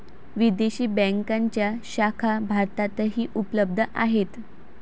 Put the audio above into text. विदेशी बँकांच्या शाखा भारतातही उपलब्ध आहेत